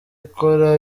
ikora